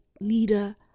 leader